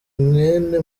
mwene